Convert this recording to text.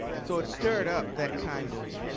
so it stirred up that kind of